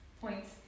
points